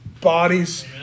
bodies